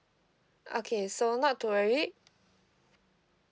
okay so not to worry